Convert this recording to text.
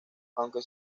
aunque